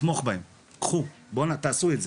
ולתמוך בהם, קחו תעשו את זה,